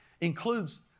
includes